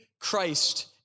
Christ